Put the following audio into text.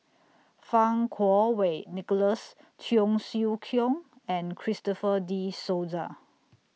Fang Kuo Wei Nicholas Cheong Siew Keong and Christopher De Souza